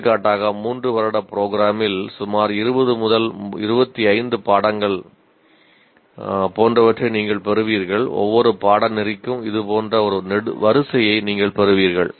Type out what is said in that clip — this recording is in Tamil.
எடுத்துக்காட்டாக 3 வருட ப்ரோக்ராம்மில் சுமார் 20 25 பாடங்கள் போன்றவற்றை நீங்கள் பெறுவீர்கள் ஒவ்வொரு பாடநெறிக்கும் இது போன்ற ஒரு வரிசையை நீங்கள் பெறுவீர்கள்